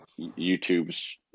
YouTube's